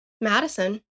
Madison